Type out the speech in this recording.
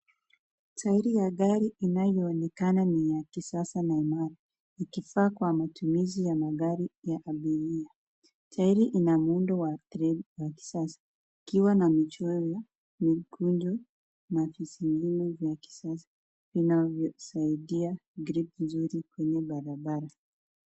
Tairi ya gari inayoonekana ni ya kisasa na imara, ikifaa kwa matumizi ya magari ya abiria. Tairi ina muundo wa tread wa kisasa ikiwa na michoro ya mekundu na visigino vya kisasa vinavyosaidia gripu nzuri kwenye barabara.